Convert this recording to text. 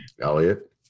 Elliot